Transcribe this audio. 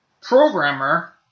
programmer